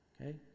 Okay